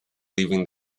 leaving